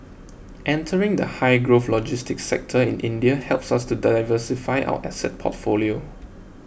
entering the high growth logistics sector in India helps us to diversify our asset portfolio